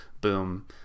boom